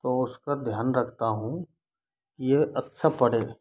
तो उसका ध्यान रखता हूँ ये अच्छा पढ़े